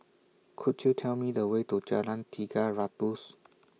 Could YOU Tell Me The Way to Jalan Tiga Ratus